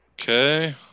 Okay